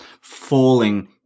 falling